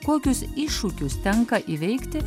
kokius iššūkius tenka įveikti